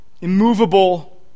immovable